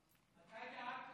מהם?